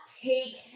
take